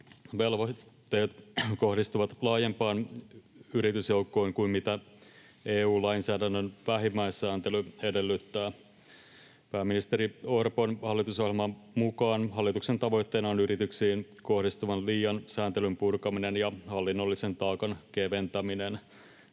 velvoitteet kohdistuvat laajempaan yritysjoukkoon kuin mitä EU-lainsäädännön vähimmäissääntely edellyttää. Pääministeri Orpon hallitusohjelman mukaan hallituksen tavoitteena on yrityksiin kohdistuvan liian sääntelyn purkaminen ja hallinnollisen taakan keventäminen.